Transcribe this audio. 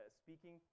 speaking